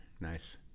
Nice